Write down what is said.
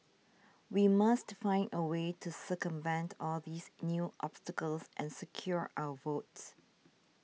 we must find a way to circumvent all these new obstacles and secure our votes